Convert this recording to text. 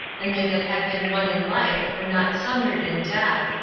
and they that had been one in life were not sundered in death.